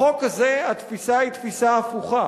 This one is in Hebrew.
בחוק הזה התפיסה היא תפיסה הפוכה: